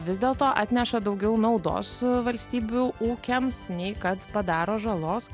vis dėlto atneša daugiau naudos valstybių ūkiams nei kad padaro žalos